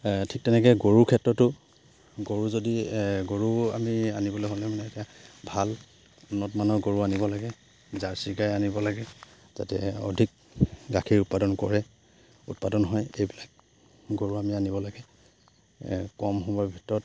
ঠিক তেনেকে গৰুৰ ক্ষেত্ৰতো গৰু যদি গৰু আমি আনিবলৈ হ'লে মানে এতিয়া ভাল উন্নত মানৰ গৰু আনিব লাগে জাৰ্চি গাই আনিব লাগে যাতে অধিক গাখীৰ উৎপাদন কৰে উৎপাদন হয় এইবিলাক গৰু আমি আনিব লাগে কম সময়ৰ ভিতৰত